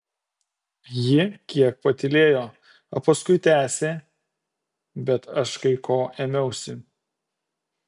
ji kiek patylėjo o paskui tęsė bet aš kai ko ėmiausi